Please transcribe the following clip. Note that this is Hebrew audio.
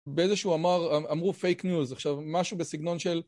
באיזשהו אמר, אמרו פייק ניוז, עכשיו משהו בסגנון של...